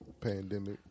pandemic